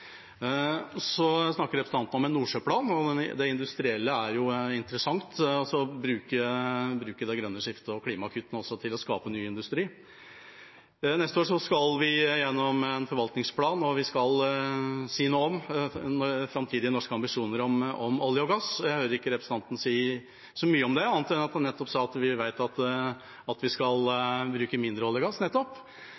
Så snakker representanten om en nordsjøplan. Det industrielle er jo interessant, altså å bruke det grønne skiftet og også klimakuttene til å skape ny industri. Neste år skal vi igjennom en forvaltningsplan, og vi skal si noe om framtidige norske ambisjoner for olje og gass. Jeg hørte ikke representanten si så mye om det, annet enn at han nettopp sa at vi vet at vi skal